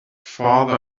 farther